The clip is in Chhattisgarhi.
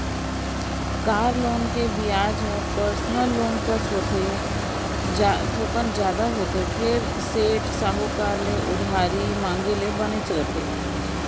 कार लोन के बियाज ह पर्सनल लोन कस थोकन जादा होथे फेर सेठ, साहूकार ले उधारी मांगे ले बनेच रथे